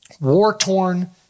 war-torn